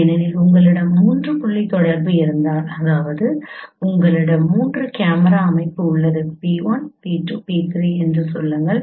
ஏனெனில் உங்களிடம் 3 புள்ளி தொடர்பு இருந்தால் அதாவது உங்களிடம் மூன்று கேமரா அமைப்பு உள்ளது P1 P2 P3என்று சொல்லுங்கள்